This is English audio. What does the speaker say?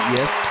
Yes